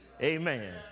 amen